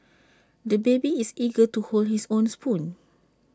the baby is eager to hold his own spoon